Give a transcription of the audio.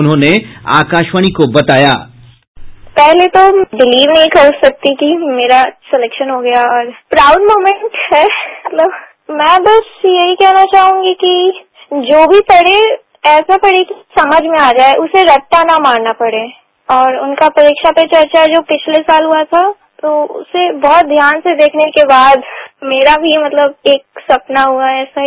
उन्होंने आकाशवाणी को बताया साउंड बाइट तेजस्विनी पहले तो बीलिव नहीं कर सकती कि मेरा सलेक्शन हो गया और प्राउड मोमेंट है मतलब मैं बस यह ही कहना चाहूंगी कि जो भी पढ़े ऐसा पढ़े की समझ में आ जाए उसे रट्टा न मारना पढ़े और उनका परीक्षा पे चर्चा जो पिछले साल हुआ था तो उसे बहुत ध्यान से देखने के बाद मेरा भी मतलब एक सपना हुआ है सही